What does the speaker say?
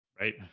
right